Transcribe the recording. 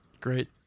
great